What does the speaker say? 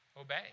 obey